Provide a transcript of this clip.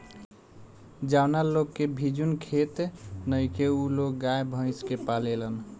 जावना लोग के भिजुन खेत नइखे उ लोग गाय, भइस के पालेलन